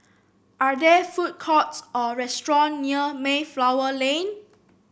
are there food courts or restaurants near Mayflower Lane